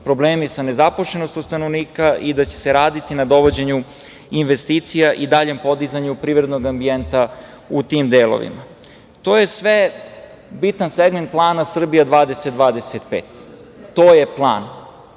problemi sa nezaposlenošću stanovnika i da će se raditi na dovođenju investicija i daljem podizanju privrednog ambijenta u tim delovima. To je sve bitan segment plana "Srbija 2025". To je plan.